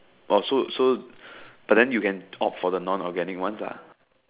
oh so so but then you can opt for the non organic ones lah